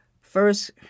First